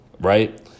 right